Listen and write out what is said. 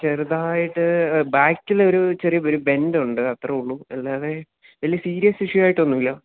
ചെറുതായിട്ട് ബാക്കിലൊരു ചെറിയ ഒരു ബെൻറ്റുണ്ട് അത്രയെയുള്ളൂ അല്ലാതെ വലിയ സീരിയസ് ഇഷ്യൂ ആയിട്ടൊന്നുമില്ല